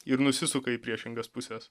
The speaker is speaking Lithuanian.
ir nusisuka į priešingas puses